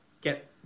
get